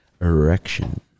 erection